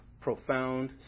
profound